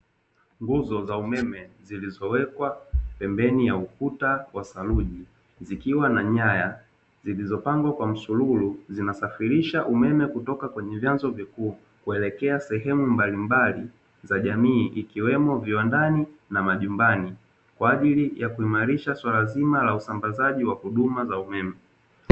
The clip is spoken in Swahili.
Nguzo za umeme zilizowekwa pembeni ya ukuta wa saluji, zikiwa na nyaya zilizopangwa kwa msururu zinasafirisha umeme kutoka kwenye vyavzo vikuu kuelekea sehemu mbalimbali za jamii ikiwemo viwandani na majumbani kwa ajili ya kuimarisha swala zima la huduma za umeme.